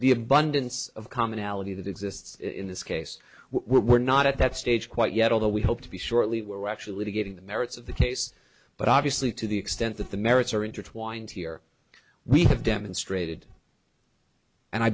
the abundance of commonality that exists in this case we're not at that stage quite yet although we hope to be shortly we're actually getting the merits of the case but obviously to the extent that the merits are intertwined here we have demonstrated and i